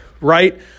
right